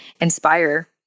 inspire